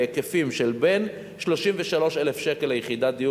בהיקפים של בין 33,000 שקל ליחידת דיור